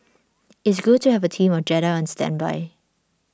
it's good to have a team of Jedi on standby